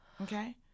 Okay